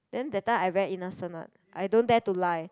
then that time I very innocent what I don't dare to lie